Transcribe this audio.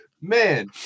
man